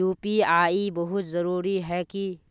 UPI बहुत जरूरी है की?